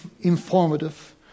informative